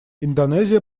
индонезия